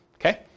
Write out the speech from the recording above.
Okay